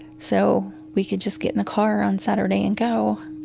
so we could just get in the car on saturday and go.